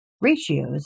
ratios